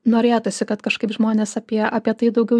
norėtųsi kad kažkaip žmonės apie apie tai daugiau